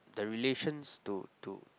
the relations to to